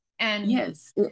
Yes